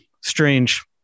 strange